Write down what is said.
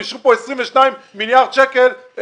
אישרו כאן 22 מיליארד שקלים.